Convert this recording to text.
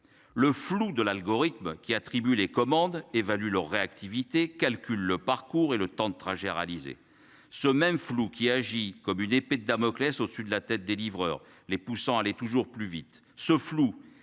le flou de l'algorithme qui attribue les commandes évalue leur réactivité, calcule le parcours et le temps de trajet réalisé ce même flou qui agit comme une épée de Damoclès au sud la tête des livreurs, les poussant à aller toujours plus vite